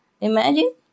Imagine